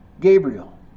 Gabriel